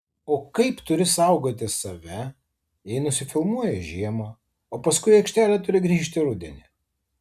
o kaip turi saugoti save jei nusifilmuoji žiemą o paskui į aikštelę turi grįžti rudenį